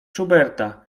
schuberta